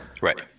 Right